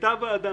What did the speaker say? הייתה ועדה,